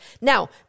Now